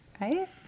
right